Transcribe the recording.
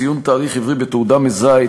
ציון תאריך עברי בתעודה מזהה),